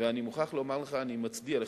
ואני מוכרח לומר לך: אני מצדיע לך.